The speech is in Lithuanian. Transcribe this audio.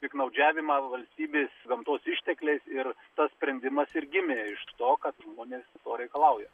piktnaudžiavimą valstybės gamtos ištekliais ir tas sprendimas ir gimė iš to kad žmonės to reikalauja